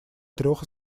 трех